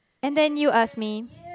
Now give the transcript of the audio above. and then you ask me